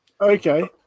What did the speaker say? okay